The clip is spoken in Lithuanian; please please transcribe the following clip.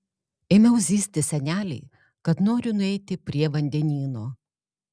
ėmiau zyzti senelei kad noriu nueiti prie vandenyno